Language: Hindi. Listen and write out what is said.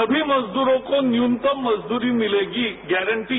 सभी मजदूरों को न्यूनतम मजदूरी मिलेगी गौरंटी